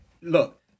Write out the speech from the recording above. look